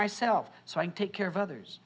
myself so i can take care of others